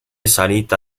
salita